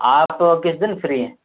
آپ کس دن فری ہیں